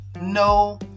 no